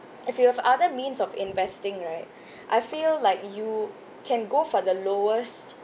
if you have other means of investing right I feel like you can go for the lowest